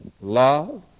Love